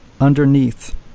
Underneath